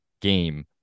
game